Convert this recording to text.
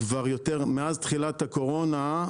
מאז תחילת הקורונה,